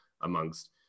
amongst